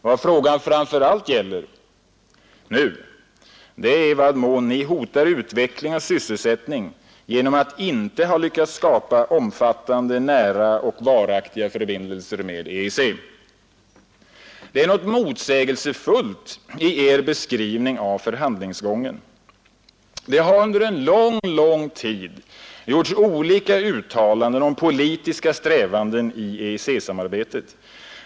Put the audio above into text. Vad frågan framför allt gäller nu är i vad mån Ni hotar utvecklingen och sysselsättningen genom att inte ha lyckats skapa omfattande, nära och varaktiga förbindelser med EEC. Det är något motsägelsefullt i Er beskrivning av förhandlingsgången. Det har under en lång, lång tid gjorts olika uttalanden om politiska strävanden i EEC-sammanhang.